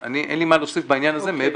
אז אין לי מה להוסיף בעניין הזה מעבר